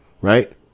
Right